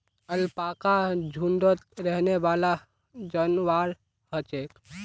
alpaca झुण्डत रहनेवाला जंवार ह छे